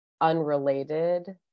unrelated